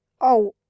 Oh